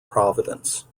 providence